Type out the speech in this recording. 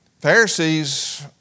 Pharisees